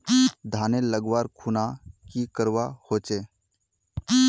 धानेर लगवार खुना की करवा होचे?